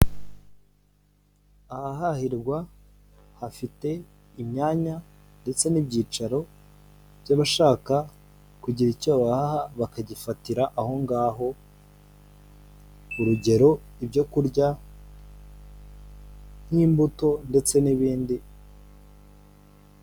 Ahahahirwa hafite imyanya ndetse n'ibyicaro by'abashaka kugira icyo bahaha bakagifatira aho ngaho urugero ibyo kurya nk'imbuto ndetse n'ibindi.